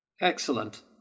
excellent